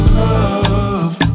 love